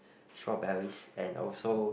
strawberries and also